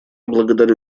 благодарю